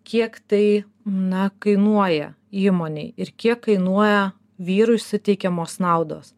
kiek tai na kainuoja įmonei ir kiek kainuoja vyrui suteikiamos naudos